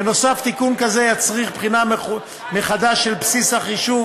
בנוסף, תיקון כזה יצריך בחינה מחדש של בסיס החישוב